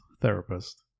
therapist